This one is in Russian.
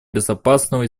безопасного